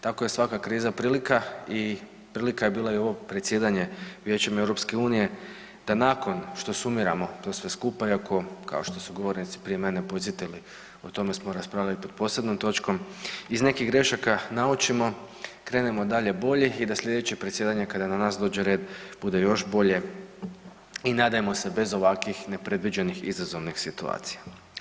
Tako je svaka kriza prilika i prilika je bila i ovo predsjedanje Vijećem Europske unije, da nakon što sumiramo to sve skupa i ako kao što su govornici prije mene podsjetili o tome smo raspravljali pod posebnom točkom iz nekih grešaka naučimo, krenemo dalje bolji i da sljedeće predsjedanje kada na nas dođe red bude još bolje i nadajmo se bez ovakvih nepredviđenih izazovnih situacija.